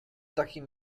takim